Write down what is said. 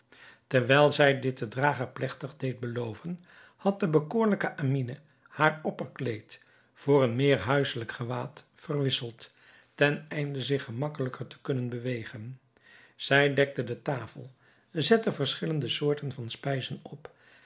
terwijl zij dit den drager plegtig deed beloven had de bekoorlijke amine haar opperkleed voor een meer huisselijk gewaad verwisseld ten einde zich gemakkelijker te kunnen bewegen zij dekte de tafel zette verschillende soorten van spijzen op